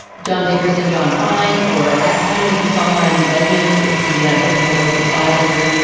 john dickerson, john prine or at home with the songwriting legend is the ah the title that is filed under.